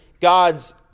God's